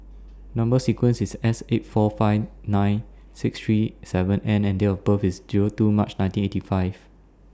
Number sequence IS S eight four five nine six three seven N and Date of birth IS Zero two March nineteen eighty five